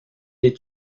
les